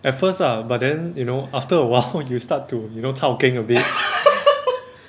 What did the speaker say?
at first lah but then you know after a while you start to you know chao keng a bit